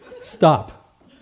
stop